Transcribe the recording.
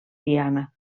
diana